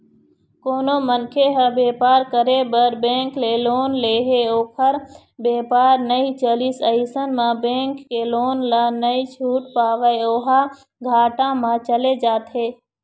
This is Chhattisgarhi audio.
कोनो मनखे ह बेपार करे बर बेंक ले लोन ले हे ओखर बेपार नइ चलिस अइसन म बेंक के लोन ल नइ छूट पावय ओहा घाटा म चले जाथे